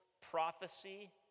prophecy